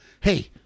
hey